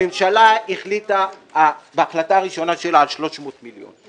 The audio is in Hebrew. הממשלה החליטה בהחלטה הראשונה שלה על 300 מיליון,